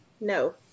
No